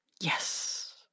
Yes